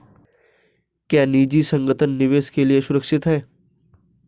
क्या निजी संगठन निवेश के लिए सुरक्षित हैं?